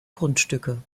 grundstücke